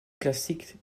classique